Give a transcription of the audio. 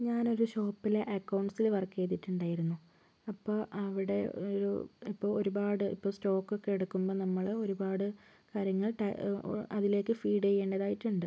ഞാനൊരു ഷോപ്പിലെ അക്കൗണ്ട്സില് വർക്ക് ചെയ്തിട്ടുണ്ടായിരുന്നു അപ്പോൾ അവിടെ ഒരു അപ്പോൾ ഒരുപാട് ഇപ്പോൾ സ്റ്റോക്കൊക്കെ എടുക്കുമ്പം നമ്മള് ഒരുപാട് കാര്യങ്ങൾ അതിലേക്ക് ഫീഡ് ചെയ്യേണ്ടതായിട്ടുണ്ട്